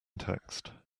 text